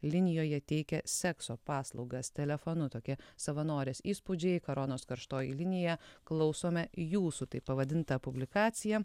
linijoje teikia sekso paslaugas telefonu tokie savanorės įspūdžiai koronos karštoji linija klausome jūsų taip pavadinta publikacija